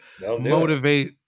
motivate